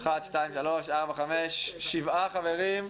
שבעה חברים,